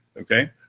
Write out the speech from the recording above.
Okay